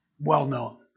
well-known